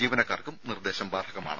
ജീവനക്കാർക്കും നിർദ്ദേശം ബാധകമാണ്